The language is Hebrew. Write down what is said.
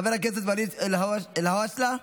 חבר הכנסת ואליד אלהואשלה,